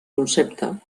concepte